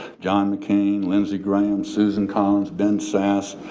john mccain, lindsey graham, susan collins, ben sasse,